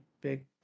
big